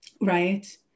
right